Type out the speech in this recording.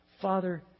Father